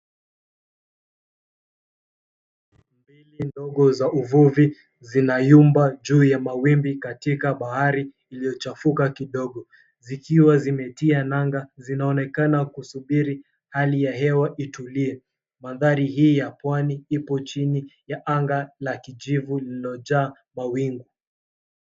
Boti ndogo za uvuvi zinayumba juu hyha mawimbi katika bahari iliyochafuka kidogo zikiwa zimetia nanga. Zinaonekana kusubiri hali ya hewa itulie. Mandhari hii ya pwani ipo chini ya anga la kijivu lililojaa mawingu